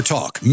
Talk